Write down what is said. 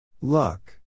Luck